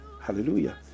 Hallelujah